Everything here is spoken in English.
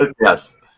Yes